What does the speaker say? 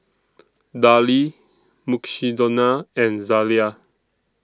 Darlie Mukshidonna and Zalia